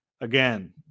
Again